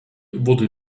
wurde